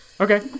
Okay